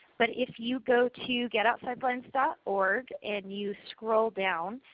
but if you go to getoutsidethelines dot org and you scroll down